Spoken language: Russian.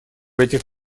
этих